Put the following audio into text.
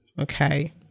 okay